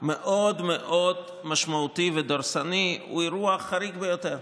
מאוד מאוד משמעותי ודורסני, הוא אירוע חריג ביותר.